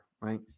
right